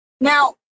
Now